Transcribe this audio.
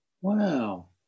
wow